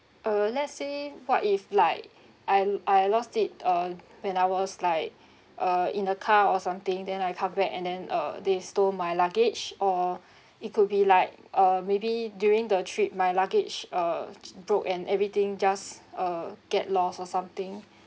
uh let's say what if like I'm I lost it uh when I was like uh in the car or something then I come back and then uh they stole my luggage or it could be like uh maybe during the trip my luggage uh broke and everything just uh get lost or something